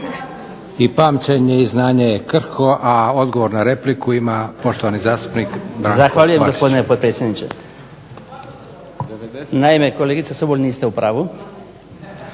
I pamćenje i znanje je krhko, a odgovor na repliku ima poštovani zastupnik Branko Bačić. **Bačić, Branko (HDZ)** Zahvaljujem gospodine potpredsjedniče. Naime, kolegice Sobol niste u pravu.